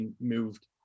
moved